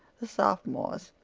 the sophomores,